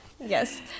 Yes